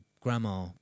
grandma